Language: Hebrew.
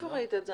איפה ראית את זה?